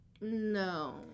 No